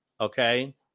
okay